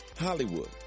Hollywood